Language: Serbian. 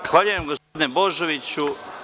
Zahvaljujem gospodine Božoviću.